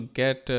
get